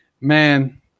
man